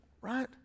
right